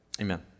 Amen